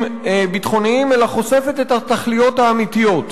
ביטחוניים אלא חושפת את התכליות האמיתיות: